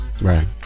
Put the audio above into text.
right